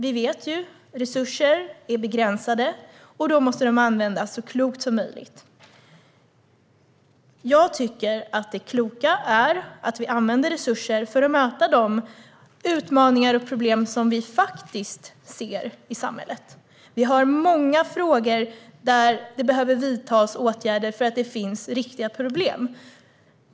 Vi vet ju att resurserna är begränsade och måste användas så klokt som möjligt. Jag tycker att det kloka är att vi använder resurser för att möta de utmaningar och problem som vi faktiskt ser i samhället. Vi har många frågor där det behöver vidtas åtgärder för att det finns riktiga problem.